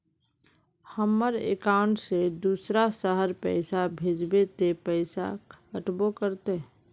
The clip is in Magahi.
हमर अकाउंट से दूसरा शहर पैसा भेजबे ते पैसा कटबो करते?